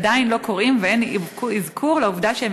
עדיין לא קוראים ואין אזכור לעובדה שהם